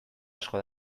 asko